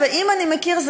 ואם אני מכיר,